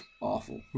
awful